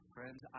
Friends